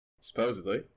Supposedly